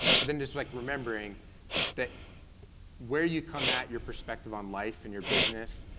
but then just like remembering that where you come at your perspective on life and your business,